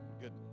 Good